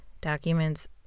documents